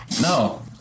No